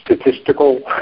statistical